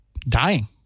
dying